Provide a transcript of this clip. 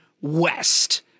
west